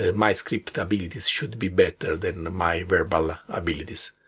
and my scripting abilities should be better than my verbal abilities.